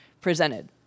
presented